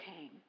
came